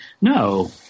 no